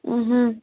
ଉଁ ହଁ